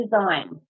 design